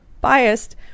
biased